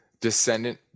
descendant